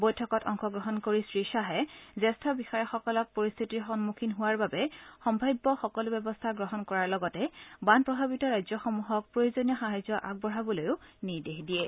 বৈঠকত অংশগ্ৰহণ কৰি শ্ৰীয়াহে জ্যেষ্ঠ বিষয়াসকলক পৰিস্থিতিৰ সন্মুখীন হোৱাৰ বাবে সম্ভাব্য সকলো ব্যৱস্থা গ্ৰহণ কৰাৰ লগতে বান প্ৰভাৱিত ৰাজ্যসমূহক প্ৰয়োজনীয় সাহায্য আগবঢ়াবলৈ নিৰ্দেশ দিয়ে